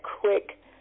quick